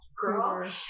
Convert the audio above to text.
girl